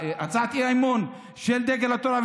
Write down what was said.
הצעת האי-אמון של דגל התורה.